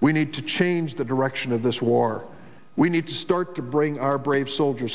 we need to change the direction of this war we need to start to bring our brave soldiers